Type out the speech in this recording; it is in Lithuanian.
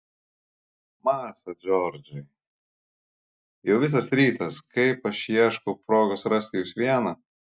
masa džordžai jau visas rytas kaip aš ieškau progos rasti jus vieną